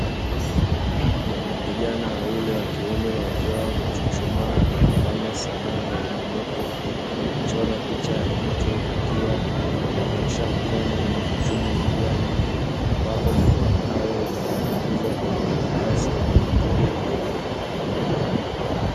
Vijana wawili wakiume wakiwa wamechuchumaa wakiwa wanajadiliana ubunifu kwa kuchora picha ya mtu akiwa amenyoosha mkono na kuchuma majani ambapo majani hayo yamebandikizwa katika karatasi kwakutumia gundi.